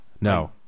No